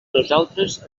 nosaltres